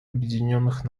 объединенных